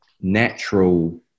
natural